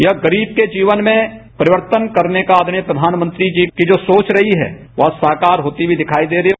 यह गरीब के जीवन में परिवर्तन करने का आदरणीय प्रवानमंत्री जी की जो सोच रही है वह साकार होती हुई दिखाई दे रही है